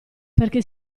perché